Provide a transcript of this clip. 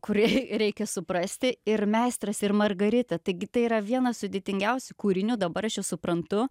kurį reikia suprasti ir meistras ir margarita taigi tai yra vienas sudėtingiausių kūrinių dabar aš jį suprantu